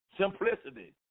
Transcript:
simplicity